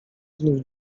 znów